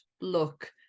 look